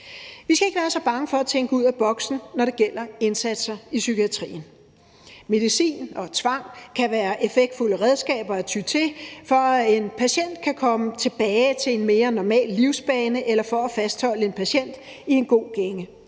Vi skal ikke være så bange for at tænke ud af boksen, når det gælder indsatsen i psykiatrien. Medicin og tvang kan være effektfulde redskaber at ty til, for at en patient kan komme tilbage til en mere normal livsbane eller for at fastholde en patient i en god gænge,